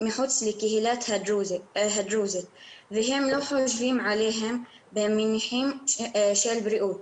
מחוץ לקהילת הדרוזים והם לא חושבים עליהם במונחים של בריאות